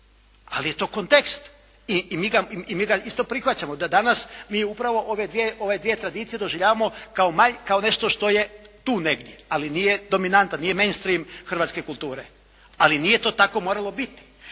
Ali je to kontekst i mi ga isto prihvaćamo. Da danas mi upravo ove dvije tradicije doživljavamo kao nešto što je tu negdje. Ali nije dominanta, nije main stream hrvatske kulture. Ali nije to tako moralo biti.